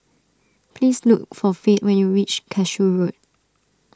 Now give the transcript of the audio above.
please look for Fate when you reach Cashew Road